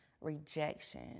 rejection